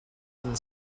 and